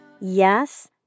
Yes